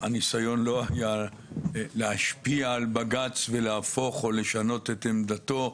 הניסיון לא היה להשפיע על בג"ץ להפוך או לשנות את עמדתו,